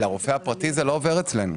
הרופא הפרטי לא עובר אצלנו.